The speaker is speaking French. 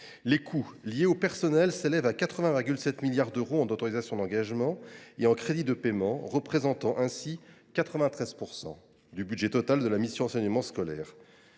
Les coûts liés au personnel s’élèvent à 80,7 milliards d’euros en autorisations d’engagement et en crédits de paiement, représentant ainsi 93 % du budget total de la mission. Cette allocation